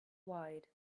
wide